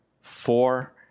four